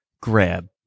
grab